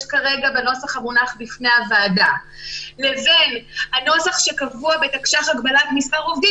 כרגע בנוסח המונח בפני הוועדה לבין הנוסח שקבוע בתקש"ח הגבלת עובדים,